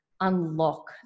unlock